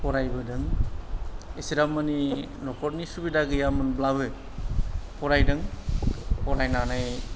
फरायबोदों एसिग्राबमानि न'खरनि सुबिदा गैयामोनब्लाबो फरायदों फरायनानै